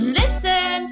listen